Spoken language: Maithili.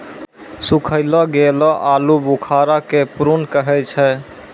सुखैलो गेलो आलूबुखारा के प्रून कहै छै